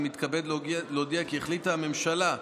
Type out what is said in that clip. אני מתכבד להודיע כי החליטה הממשלה,